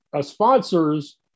sponsors